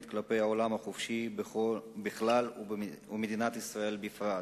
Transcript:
כלפי העולם החופשי בכלל ומדינת ישראל בפרט,